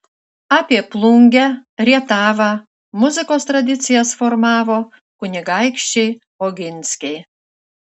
apie plungę rietavą muzikos tradicijas formavo kunigaikščiai oginskiai